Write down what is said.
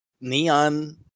neon